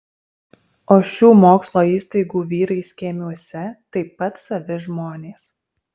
o šių mokslo įstaigų vyrai skėmiuose taip pat savi žmonės